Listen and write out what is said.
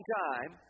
time